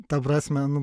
ta prasme nu